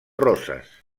roses